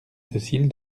docile